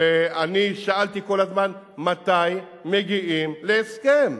ואני שאלתי כל הזמן מתי מגיעים להסכם,